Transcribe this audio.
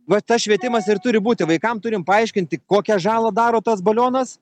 va tas švietimas ir turi būti vaikam turime paaiškinti kokią žalą daro tas balionas